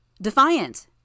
Defiant